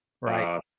Right